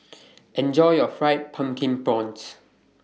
Enjoy your Fried Pumpkin Prawns